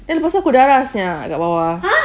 apa pasal aku berdarah sia kat bawah